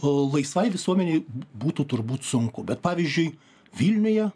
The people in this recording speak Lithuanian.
laisvai visuomenei būtų turbūt sunku bet pavyzdžiui vilniuje